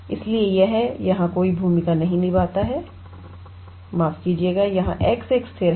इसलिए यह यहां कोई भूमिका नहीं निभाता है माफ कीजिएगा यहां x एक स्थिर है